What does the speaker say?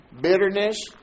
bitterness